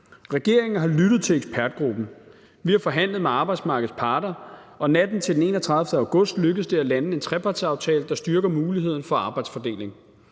Regeringen har lyttet til ekspertgruppen. Vi har forhandlet med arbejdsmarkedets parter, og natten til den 31. august lykkedes det at lande en trepartsaftale, der styrker muligheden for arbejdsfordeling.